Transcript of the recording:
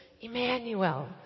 Emmanuel